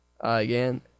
Again